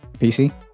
PC